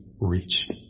reach